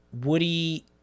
Woody